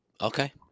Okay